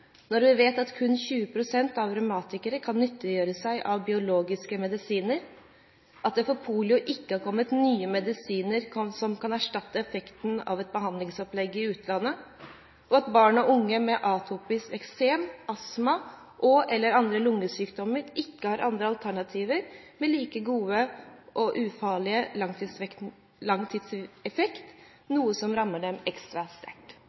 når vi vet at kun 20 pst. av revmatikerne kan nyttiggjøre seg av biologiske medisiner, at det for polio ikke har kommet nye medisiner som kan erstatte effekten av et behandlingsopplegg i utlandet, og at barn og unge med atopisk eksem, astma og/eller andre lungesykdommer ikke har andre alternativer med like god og ufarlig langtidseffekt, noe som rammer dem ekstra sterkt?»